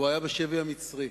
והוא היה בשבי המצרי.